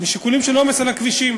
משיקולים של עומס על הכבישים.